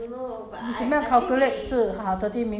!huh! how to 你怎么你你怎么样怎么样